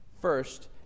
First